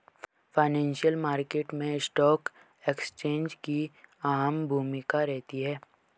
financial market मैं stock exchange की अहम भूमिका रहती है